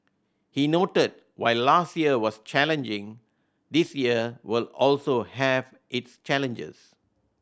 he noted while last year was challenging this year will also have its challenges